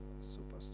Super